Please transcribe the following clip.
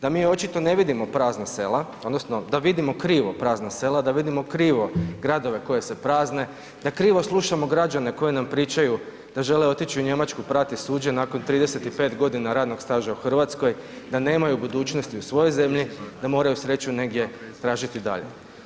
Da mi očito ne vidimo prazna sela odnosno da vidimo krivo prazna sela, da vidimo krivo gradove koji se prazne, da krivo slušamo građane koji nam pričaju da žele otići u Njemačku prati suđe nakon 35 godina radnog staža u Hrvatskoj, da nemaju budućnosti u svojoj zemlji, da moraju sreću negdje tražiti dalje.